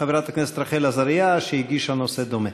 חברת הכנסת רחל עזריה, שהגישה נושא דומה.